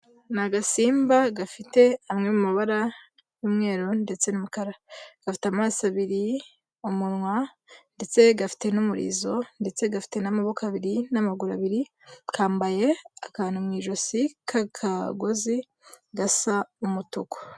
Ni agasimba gafite amwe mu mabara y'umweru ndetse n'umukara. Gafite amaso abiri, umunwa ndetse gafite n'umurizo ndetse gafite n'amaboko abiri n'amaguru abiri, kambaye akantu mu ijosi k'akagozi gasa umutuku.